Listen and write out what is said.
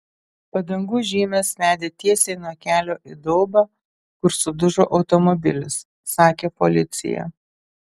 padangų žymės vedė tiesiai nuo kelio į daubą kur sudužo automobilis sakė policija